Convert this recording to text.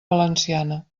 valenciana